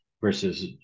versus